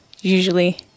usually